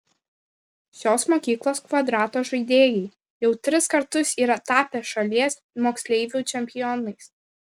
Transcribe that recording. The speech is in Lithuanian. šios mokyklos kvadrato žaidėjai jau tris kartus yra tapę šalies moksleivių čempionais